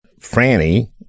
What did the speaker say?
Franny